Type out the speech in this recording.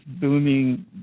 booming